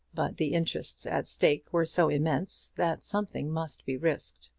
but the interests at stake were so immense that something must be risked.